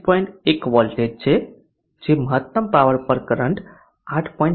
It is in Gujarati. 1 V છે મહત્તમ પાવર પર કરંટ 8